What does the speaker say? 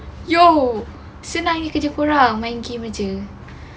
yo senangnya kerja tu orang main game aje